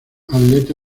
atleta